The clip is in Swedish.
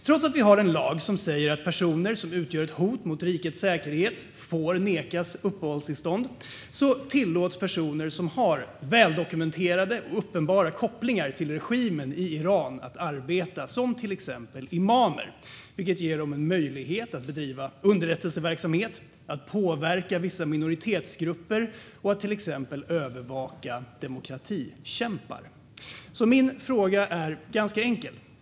Trots att vi har en lag som säger att personer som utgör ett hot mot rikets säkerhet får nekas uppehållstillstånd tillåts personer som har väldokumenterade och uppenbara kopplingar till regimen i Iran att arbeta som till exempel imamer, vilket ger dem möjlighet att bedriva underrättelseverksamhet, påverka vissa minoritetsgrupper och övervaka till exempel demokratikämpar. Min fråga är ganska enkel.